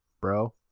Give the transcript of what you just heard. bro